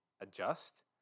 adjust